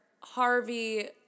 Harvey